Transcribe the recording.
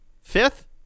fifth